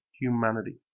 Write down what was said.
humanity